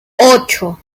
ocho